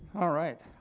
alright,